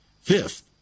Fifth